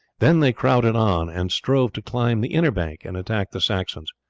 then they crowded on and strove to climb the inner bank and attack the saxons.